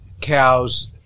cows